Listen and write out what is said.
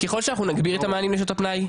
ככול שאנחנו נגביר את המענים לשעות הפנאי,